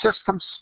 systems